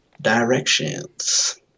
Directions